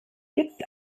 gibt